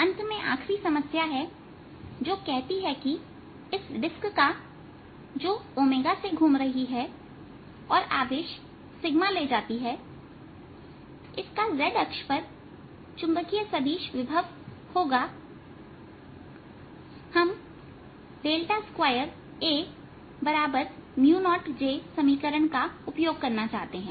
अंत में आखिरी समस्या है जो कहती है कि इस डिस्क का जो से घूम रही है और आवेश ले जाती है इसका z अक्ष पर चुंबकीय सदिश विभव होगा हम 2A0jसमीकरण का उपयोग करना चाहते हैं